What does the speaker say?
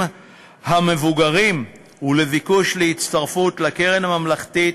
המבוגרים ובביקוש להצטרפות לקרן הממלכתית,